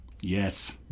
Yes